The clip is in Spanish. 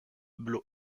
blue